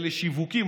אלה שיווקים,